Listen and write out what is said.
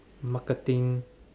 marketing